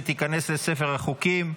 ותיכנס לספר החוקים.